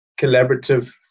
collaborative